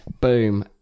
Boom